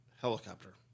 helicopter